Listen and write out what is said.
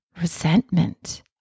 resentment